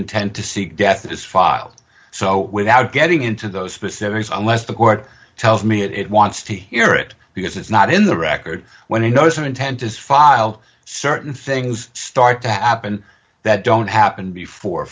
intent to seek death is filed so without getting into those specifics unless the court tells me it wants to hear it because it's not in the record when it doesn't intend to file certain things start to happen that don't happen before